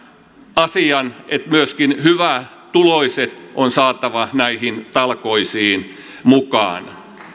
asian että myöskin hyvätuloiset on saatava näihin talkoisiin mukaan